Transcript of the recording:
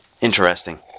Interesting